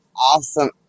Awesome